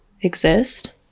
exist